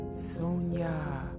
Sonia